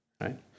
right